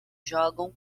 jogam